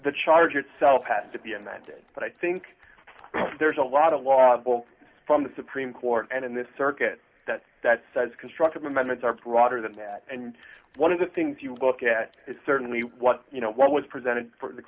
the charge itself has to be amended but i think there's a lot of law both from the supreme court and in this circuit that says constructive amendments are broader than that and one of the things you look at is certainly what you know what was presented